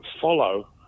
follow